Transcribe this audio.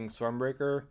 Stormbreaker